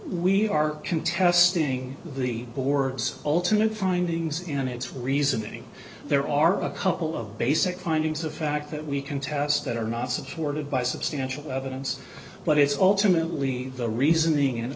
we are contesting the board's ultimate findings in its reasoning there are a couple of basic findings of fact that we can test that are not supported by substantial evidence but it's alternately the reasoning